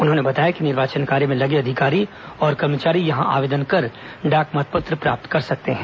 उन्होंने बताया कि निर्वाचन कार्य में लगे अधिकारी और कर्मचारी यहां आवेदन कर डाक मतपत्र प्राप्त कर सकते हैं